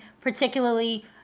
particularly